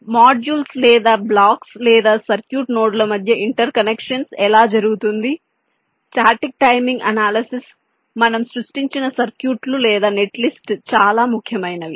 కాబట్టి మాడ్యూల్స్ లేదా బ్లాక్స్ లేదా సర్క్యూట్ నోడ్ల మధ్య ఇంటెర్కనెక్షన్స్ ఎలా జరుగుతుంది స్టాటిక్ టైమింగ్ అనాలిసిస్ మనము సృష్టించిన సర్క్యూట్లు లేదా నెట్లిస్ట్ చాలా ముఖ్యమైనవి